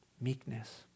meekness